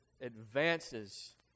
advances